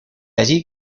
allí